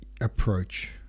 approach